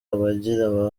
abagira